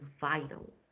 vital